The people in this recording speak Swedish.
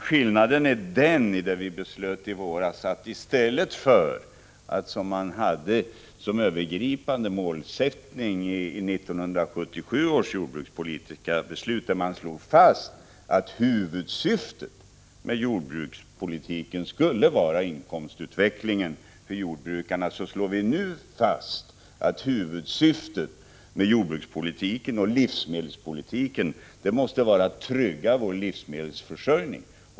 Skillnaden är att vi i stället för den övergripande målsättningen i 1977 års jordbrukspolitiska beslut, där man slog fast att huvudsyftet med jordbrukspolitiken skulle vara inkomstutvecklingen för jordbrukarna, nu har slagit fast att huvudsyftet med jordbrukspolitiken och livsmedelspolitiken måste vara att trygga vår livsmedelsförsörjning.